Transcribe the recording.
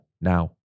now